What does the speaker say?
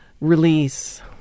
release